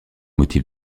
motif